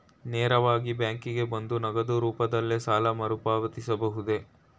ನೇರವಾಗಿ ಬ್ಯಾಂಕಿಗೆ ಬಂದು ನಗದು ರೂಪದಲ್ಲೇ ಸಾಲ ಮರುಪಾವತಿಸಬಹುದೇ?